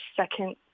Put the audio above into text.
second